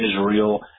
Israel